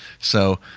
so,